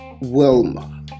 Wilma